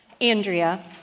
Andrea